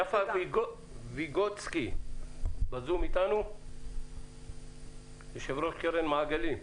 יפה ויגודסקי, יושבת-ראש קרן מעגלים,